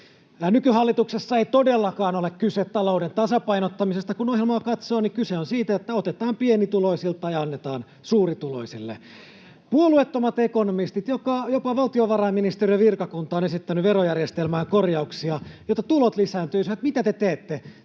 Nykyhallituksessa ei todellakaan ole kyse talouden tasapainottamisesta. Kun ohjelmaa katsoo, kyse on siitä, että otetaan pienituloisilta ja annetaan suurituloisille. Puolueettomat ekonomistit, jopa valtiovarainministeriön virkakunta, on esittänyt verojärjestelmään korjauksia, jotta tulot lisääntyisivät. Mitä te teette?